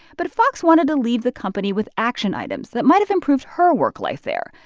but fox wanted to leave the company with action items that might have improved her work life there,